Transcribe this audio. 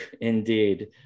indeed